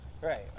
Right